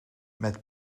met